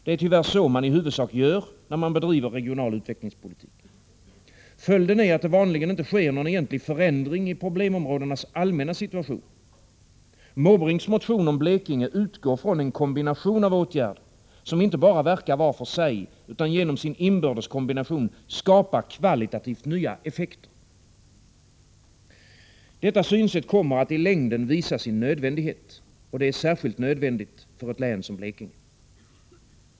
Det är tyvärr så man i huvudsak gör, när man bedriver regional utvecklingspolitik. Följden är att det vanligen inte sker någon egentlig förändring i problemområdenas allmänna situation. Måbrinks motion om Blekinge utgår från en kombination av åtgärder, som inte bara verkar var för sig utan genom sin inbördes kombination skapar kvalitativt nya effekter. Detta synsätt kommer att i längden visa sin nödvändighet. Och det är särskilt nödvändigt för ett län som Blekinge.